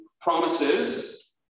promises